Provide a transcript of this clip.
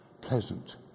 Pleasant